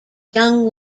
young